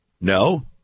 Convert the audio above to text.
No